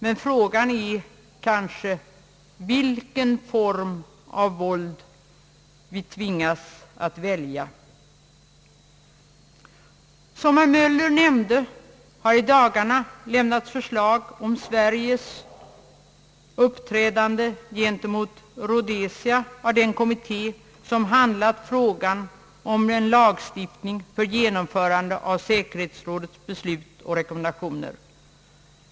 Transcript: Men frågan är kanske vilken form av våld vi tvingas att välja. Som herr Möller nämnde har i dagarna lämnats förslag om Sveriges uppträdande gentemot Rhodesia av den kommitté, som handlagt frågan om en lagstiftning för genomförande av säkerhetsrådets beslut och rekommendationer.